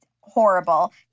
horrible